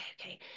okay